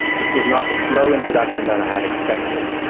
this was not the slow introduction that i had expected.